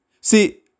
See